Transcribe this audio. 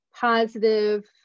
positive